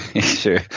Sure